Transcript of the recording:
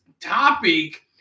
topic